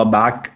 back